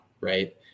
right